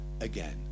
again